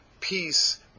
peace